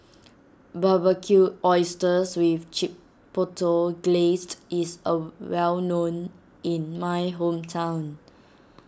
Barbecued Oysters with Chipotle Glaze is a well known in my hometown